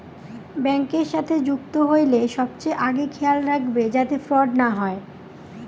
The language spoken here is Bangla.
ব্যাঙ্কের সাথে যুক্ত হইলে সবচেয়ে আগে খেয়াল রাখবে যাতে ফ্রড না হয়